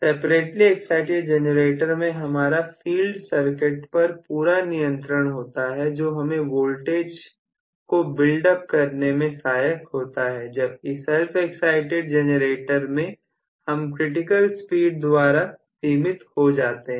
separately excited generator में हमारा field circuit पर पूरा नियंत्रण होता है जो हमें वोल्टेज को बिल्ड अप करने में सहायक होता है जबकि self excited जनरेटर में हम क्रिटिकल स्पीड द्वारा सीमित हो जाते हैं